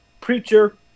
preacher